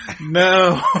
No